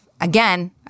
again